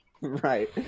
Right